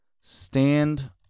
stand